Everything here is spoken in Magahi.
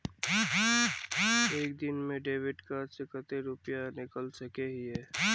एक दिन में डेबिट कार्ड से कते रुपया निकल सके हिये?